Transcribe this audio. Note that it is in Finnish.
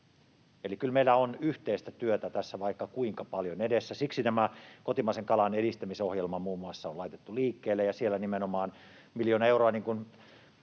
eli kyllä meillä on yhteistä työtä tässä vaikka kuinka paljon edessä. Siksi muun muassa tämä kotimaisen kalan edistämisohjelma on laitettu liikkeelle, ja niin kuin valiokunnan